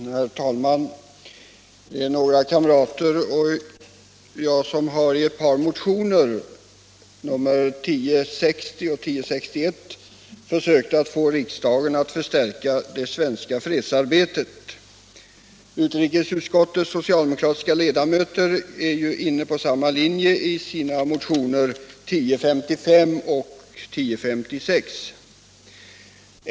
Herr talman! Några kamrater och jag har i ett par motioner — 1060 och 1061 — försökt att få riksdagen att förstärka det svenska fredsarbetet. Utrikesutskottets socialdemokratiska ledamöter är inne på samma linje i sina motioner 1055 och 1056.